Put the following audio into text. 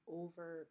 over